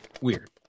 weird